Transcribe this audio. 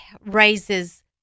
raises